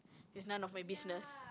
is none of my business